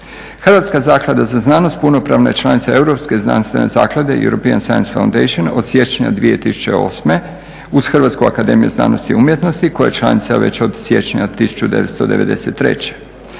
Hrvatska zaklada za znanost punopravna je članica Europske znanstvene zaklade, European science Foundation, od siječnja 2008., uz Hrvatsku akademiju znanosti i umjetnosti koja je članica već od siječnja 1993.